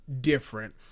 different